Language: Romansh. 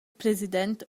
president